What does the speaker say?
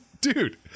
dude